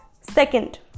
Second